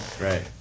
right